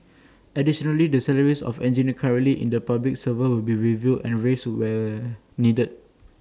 additionally the salaries of engineers currently in the Public Service will be reviewed and raised where needed